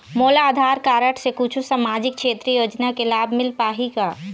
मोला आधार कारड से कुछू सामाजिक क्षेत्रीय योजना के लाभ मिल पाही का?